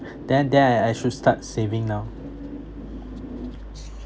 then then I I should start saving now